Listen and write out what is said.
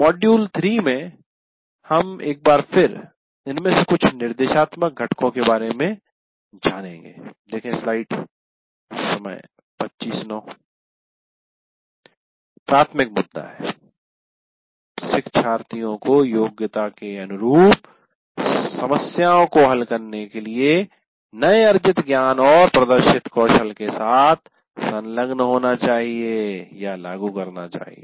module 3 में हम एक बार फिर इनमें से कुछ निर्देशात्मक घटकों के बारे में जानेंगे प्राथमिक मुद्दा शिक्षार्थियों को योग्यता के अनुरूप समस्याओं को हल करने के लिए नए अर्जित ज्ञान और प्रदर्शित कौशल के साथ संलग्न होना चाहिए या लागू करना चाहिए